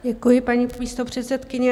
Děkuji, paní místopředsedkyně.